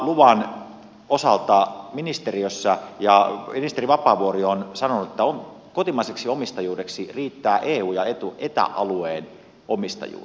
ydinvoimaluvan osalta ministeri vapaavuori on sanonut että kotimaiseksi omistajuudeksi riittää eu ja eta alueen omistajuus